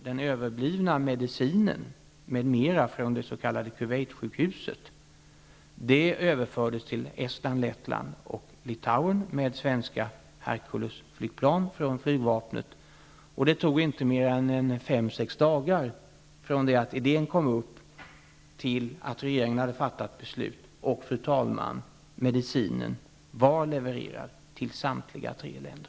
Den överblivna medicinen m.m. från det s.k. Kuwaitsjukhuset överfördes till Herculesflygplan från flygvapnet. Det tog inte mer än 5--6 dagar från det att idén kom upp till dess att regeringen hade fattat beslut och medicinen var levererad till samtliga tre länder.